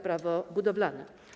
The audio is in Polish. Prawo budowalne.